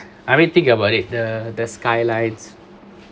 I really think about the the skylights